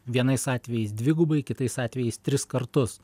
vienais atvejais dvigubai kitais atvejais tris kartus